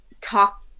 talk